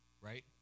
right